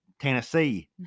Tennessee